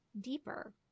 deeper